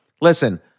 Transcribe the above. listen